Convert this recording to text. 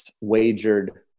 wagered